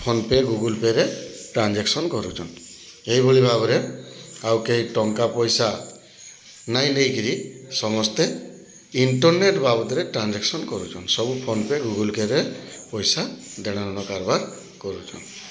PhonePe ଗୁଗୁଲପେରେ transaction କରୁଛନ୍ ଏଇଭଳି ଭାବରେ ଆଉ କେହି ଟଙ୍କା ପଇସା ନାଇ ଦେଇକିରି ସମସ୍ତେ ଇଣ୍ଟରନେଟ ବାବଦରେ ଟ୍ରାଞ୍ଜାକ୍ସନ୍ କରୁଛନ୍ ସବୁ ଫୋନପେ ଗୁଗୁଲପେରେ ପଇସା ଦେଣ ନେଣ କାରବାର କରୁଛନ୍